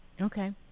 Okay